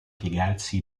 piegarsi